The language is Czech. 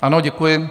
Ano, děkuji.